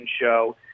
Show